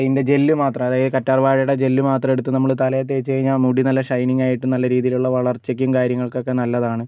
അതിൻ്റെ ജെല്ല് മാത്രം അതായത് കറ്റാർവാഴയുടെ ജെല്ല് മാത്രം എടുത്ത് നമ്മൾ തലയിൽ തേച്ചു കഴിഞ്ഞാൽ മുടി നല്ല ഷൈനിങ് ആയിട്ടും നല്ല രീതിയിലുള്ള വളർച്ചയ്ക്കും കാര്യങ്ങൾക്കൊക്കെ നല്ലതാണ്